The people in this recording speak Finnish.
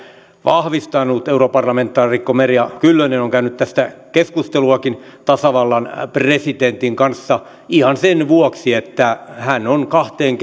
vahvistanut europarlamentaarikko merja kyllönen on on käynyt tästä keskusteluakin tasavallan presidentin kanssa ihan sen vuoksi että hän on kahteen